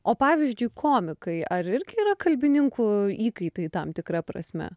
o pavyzdžiui komikai ar irgi yra kalbininkų įkaitai tam tikra prasme